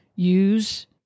Use